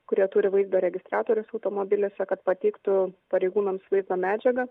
kurie turi vaizdą registratorius automobiliuose kad pateiktų pareigūnams vaizdo medžiagą